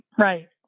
right